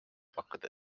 pakkuda